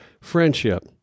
friendship